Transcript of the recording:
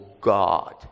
God